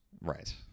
Right